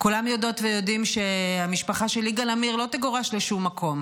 כולם יודעות ויודעים שהמשפחה של יגאל עמיר לא תגורש לשום מקום.